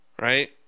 Right